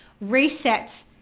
reset